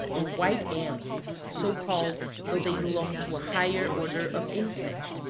or white ants, so called, though they belong to a higher order of insects,